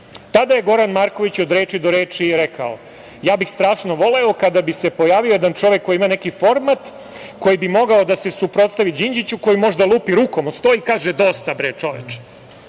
Tada je Goran Marković od reči do reči rekao: "Ja bih strašno voleo kada bi se pojavio jedan čovek koji ima neki format koji bi mogao da se suprotstavi Đinđiću koji možda lupi rukom o sto i kaže - Dosta, bre, čoveče".